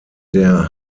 der